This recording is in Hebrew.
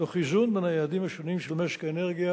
תוך איזון בין היעדים השונים של משק האנרגיה,